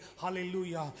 Hallelujah